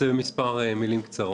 אנסה בכמה מילים קצרות.